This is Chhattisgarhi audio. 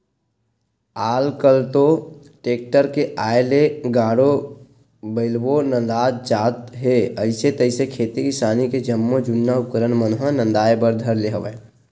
आल कल तो टेक्टर के आय ले गाड़ो बइलवो नंदात जात हे अइसे तइसे खेती किसानी के जम्मो जुन्ना उपकरन मन ह नंदाए बर धर ले हवय